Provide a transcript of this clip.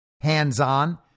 hands-on